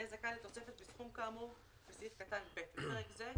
יהיה זכאי לתוספת בסכום כאמור בסעיף קטן (ב) (בפרק זה,